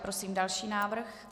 Prosím další návrh.